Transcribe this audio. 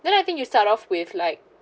then I think you start off with like